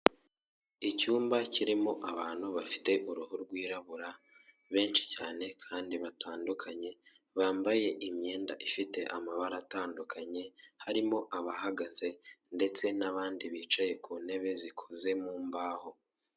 Icyumba kirimo abantu bafite uruhu rwirabura benshi cyane kandi batandukanye, bambaye imyenda ifite amabara atandukanye harimo abahagaze ndetse n'abandi bicaye ku ntebe zikoze mu mbaho.